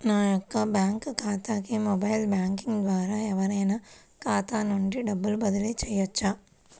నా యొక్క బ్యాంక్ ఖాతాకి మొబైల్ బ్యాంకింగ్ ద్వారా ఎవరైనా ఖాతా నుండి డబ్బు బదిలీ చేయవచ్చా?